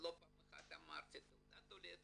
ולא פעם אחת אמרתי תעודת עולה,